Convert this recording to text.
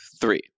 three